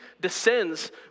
descends